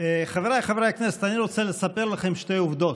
חבריי חברי הכנסת, אני רוצה לספר לכם שתי עובדות.